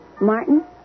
Martin